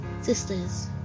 Sisters